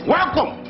Welcome